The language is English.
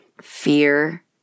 fear